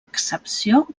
excepció